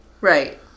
Right